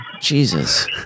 Jesus